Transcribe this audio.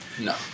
No